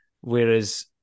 whereas